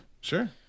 sure